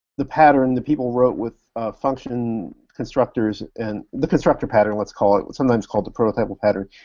the pattern the people wrote with function constructors, and the constructor pattern, let's call it. it's sometimes called the prototypal pattern.